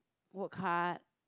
work hard